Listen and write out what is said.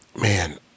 Man